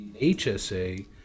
HSA